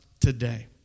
today